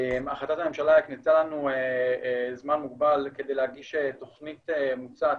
החלטת הממשלה הקנתה לנו זמן מוגבל כדי להגיש תכנית מוצעת